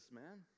man